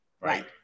right